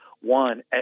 one